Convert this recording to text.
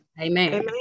Amen